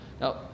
Now